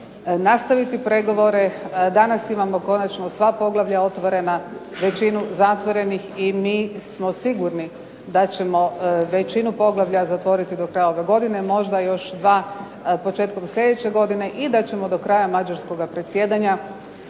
nastaviti pregovore. Danas imamo konačno sva poglavlja otvorena, većinu zatvorenih i mi smo sigurni da ćemo većinu poglavlja zatvoriti do kraja ove godine, možda još dva početkom sljedeće godine i da ćemo do kraja mađarskoga predsjedanja